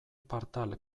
partal